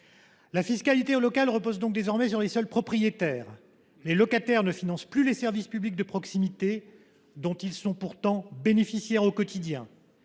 La fiscalité locale repose donc désormais sur les seuls propriétaires. Les locataires ne financent plus les services publics de proximité, dont ils sont pourtant bénéficiaires au quotidien.